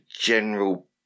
general